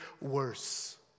worse